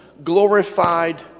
glorified